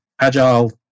agile